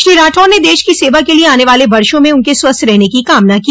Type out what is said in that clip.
श्री राठौड़ ने देश की सेवा के लिए आने वाले वर्षो में उनके स्वस्थ रहने की कामना की